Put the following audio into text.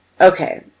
okay